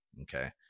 Okay